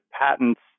patents